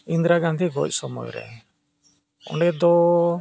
ᱤᱱᱫᱨᱟ ᱜᱟᱱᱫᱷᱤ ᱜᱚᱡ ᱥᱚᱢᱚᱭ ᱨᱮ ᱚᱸᱰᱮ ᱫᱚ